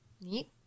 Neat